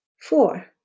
Four